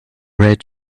red